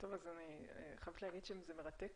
אני חייבת להגיד שזה מרתק